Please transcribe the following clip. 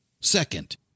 Second